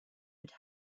would